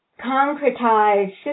concretize